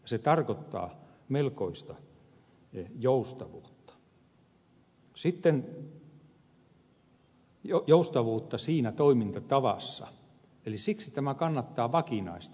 se tarkoittaa melkoista joustavuutta siinä toimintatavassa eli siksi tämä kannattaa vakinaistaa